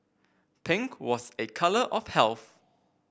pink was a colour of health